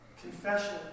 Confession